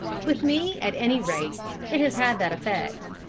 with me at any rate it has had that effect.